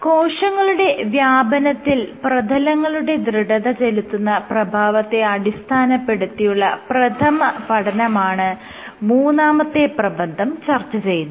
കോശങ്ങളുടെ വ്യാപനത്തിൽ പ്രതലങ്ങളുടെ ദൃഢത ചെലുത്തുന്ന പ്രഭാവത്തെ അടിസ്ഥാനപ്പെടുത്തിയുള്ള പ്രഥമഃ പഠനമാണ് മൂന്നാമത്തെ പ്രബന്ധം ചർച്ച ചെയ്യുന്നത്